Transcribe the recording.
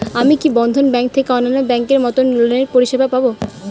আমি কি বন্ধন ব্যাংক থেকে অন্যান্য ব্যাংক এর মতন লোনের পরিসেবা পাব?